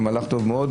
זה מהלך טוב מאוד,